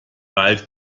bald